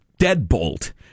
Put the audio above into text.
deadbolt